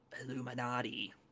Illuminati